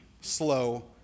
slow